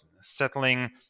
settling